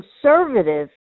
conservative